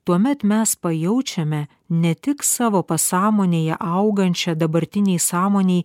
tuomet mes pajaučiame ne tik savo pasąmonėje augančią dabartinėj sąmonėj